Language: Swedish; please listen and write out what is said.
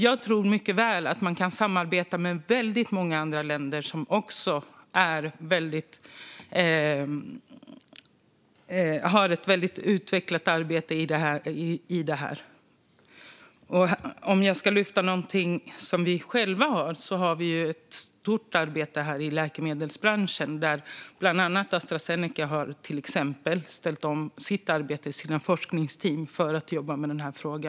Jag tror att Sverige kan samarbeta med många andra länder som har ett väl utvecklat arbete vad gäller detta. Även här i Sverige bedriver läkemedelsbranschen ett stort arbete. Bland annat har Astra Zeneca ställt om sina forskningsteam till att jobba med denna fråga.